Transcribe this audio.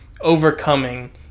overcoming